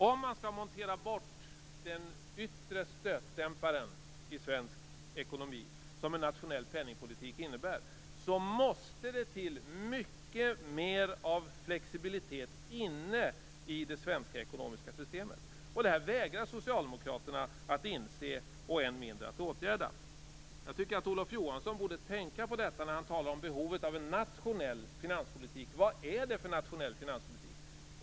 Om man skall montera bort den yttre stötdämpare i svensk ekonomi som en nationell penningpolitik innebär, måste det till mycket mer av flexibilitet inne i det svenska ekonomiska systemet. Detta vägrar Socialdemokraterna att inse, och än mindre är det något som man vill åtgärda. Olof Johansson borde tänka på detta när han talar om behovet av en nationell finanspolitik. Vad är det för en nationell finanspolitik?